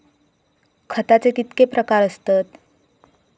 खताचे कितके प्रकार असतत?